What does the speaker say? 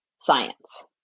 science